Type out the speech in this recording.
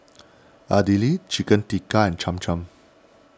Idili Chicken Tikka and Cham Cham